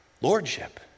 Lordship